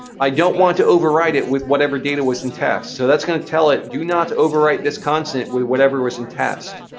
i don't want to override it with whatever data was in test. so that's going to tell it, do not overwrite this constant with whatever was in test.